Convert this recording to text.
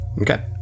Okay